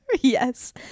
Yes